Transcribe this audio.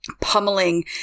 pummeling